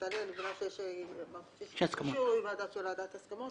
תעלה לאישור של ועדת ההסכמות.